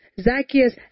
Zacchaeus